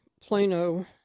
Plano